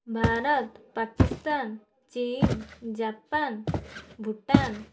ଭାରତ ପାକିସ୍ତାନ୍ ଚିନ୍ ଜାପାନ୍ ଭୁଟାନ୍